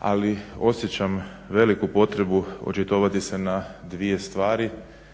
ali osjećam veliku potrebu očitovati se na dvije stvari